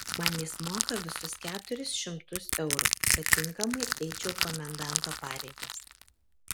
man jis moka visus keturis šimtus eurų kad tinkamai eičiau komendanto pareigas